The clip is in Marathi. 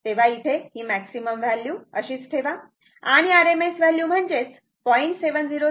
तेव्हा इथे मॅक्सिमम व्हॅल्यू तशीच ठेवा आणि RMS व्हॅल्यू म्हणजेच 0